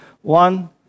One